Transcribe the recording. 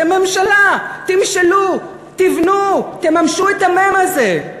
אתם ממשלה, תמשלו, תבנו, תממשו את המ"ם הזה.